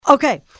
Okay